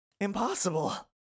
Impossible